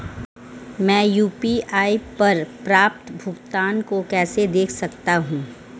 मैं यू.पी.आई पर प्राप्त भुगतान को कैसे देख सकता हूं?